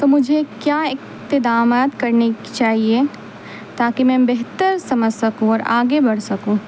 تو مجھے کیا اقدامات کرنے کی چاہیے تاکہ میں بہتر سمجھ سکوں اور آگے بڑھ سکوں